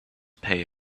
pay